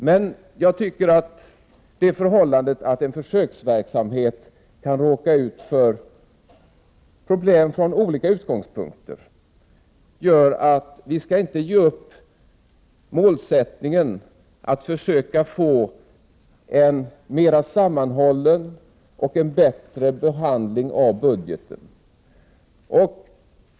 Men bara för att vi i en försöksverksamhet kan råka ut för olika problem skall vi inte ge upp målsättningen att försöka få en mer sammanhållen och bättre behandling av budgeten.